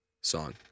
song